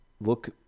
Look